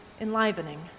enlivening